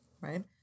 right